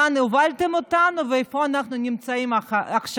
לאן הובלתם אותנו ואיפה אנחנו נמצאים עכשיו.